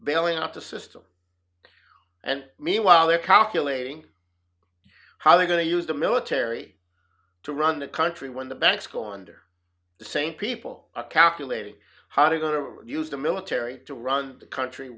bailing out the system and meanwhile they're calculating how they're going to use the military to run the country when the banks go under the same people calculating how to going to use the military to run the country